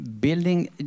building